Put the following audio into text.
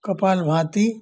kapalbhati